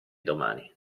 domani